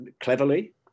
cleverly